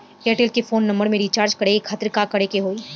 Airtel के phone number recharge करे के खातिर का करे के होई?